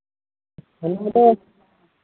ᱚᱱᱟᱫᱚ